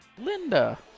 linda